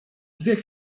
dwie